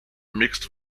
mixed